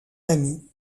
amie